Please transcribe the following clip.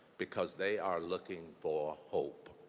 because they are looking for hope.